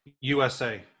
USA